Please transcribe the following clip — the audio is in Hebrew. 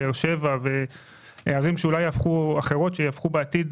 באר שבע ואולי עוד ערים שיהפכו מעורבות בעתיד